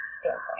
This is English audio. standpoint